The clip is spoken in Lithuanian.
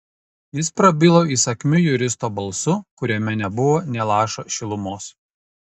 jis prabilo įsakmiu juristo balsu kuriame nebuvo nė lašo šilumos